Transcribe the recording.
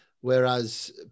Whereas